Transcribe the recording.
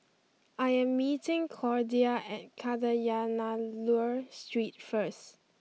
I am meeting Cordia at Kadayanallur Street first